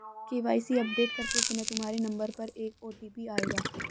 KYC update करते समय तुम्हारे नंबर पर एक ओ.टी.पी आएगा